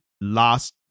last